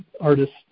artists